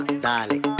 dale